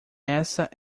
essa